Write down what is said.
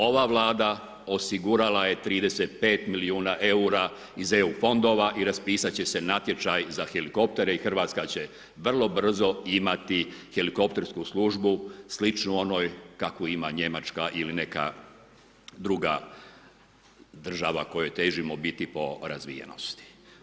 Ova Vlada osigurala je 35. miliona eura iz EU fondova i raspisat će se natječaj za helikoptere i Hrvatska će vrlo brzo imati helikoptersku službu sličnu onoj kakvu ima Njemačka ili neka druga država kojoj težimo biti po razvijenosti.